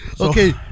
Okay